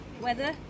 weather